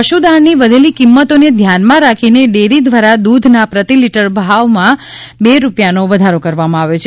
પશુ દાણની વધેલી કિંમતોને ધ્યાનમાં રાખીને ડેરી દ્વારા દૂધના પ્રતિલિટર ભાવમાં રૂપિયા બેનો વધારો કરવામાં આવ્યો છે